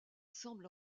semble